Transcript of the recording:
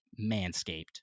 manscaped